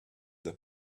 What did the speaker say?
the